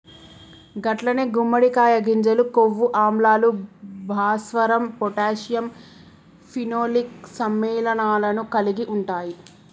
గట్లనే గుమ్మడికాయ గింజలు కొవ్వు ఆమ్లాలు, భాస్వరం పొటాషియం ఫినోలిక్ సమ్మెళనాలను కలిగి ఉంటాయి